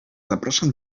zapraszam